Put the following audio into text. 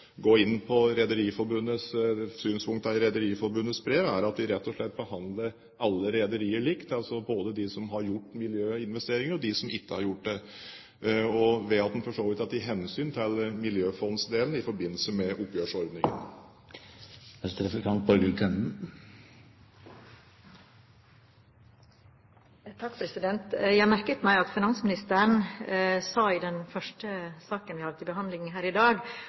gå inn på synspunkter i Rederiforbundets brev, er at vi rett og slett behandler alle rederier likt, både dem som har gjort miljøinvesteringer og dem som ikke har gjort det, ved at man for så vidt har tatt hensyn til miljøfondsdelen i forbindelse med oppgjørsordningen. Jeg merket meg at finansministeren sa i den første saken vi hadde til behandling her i dag,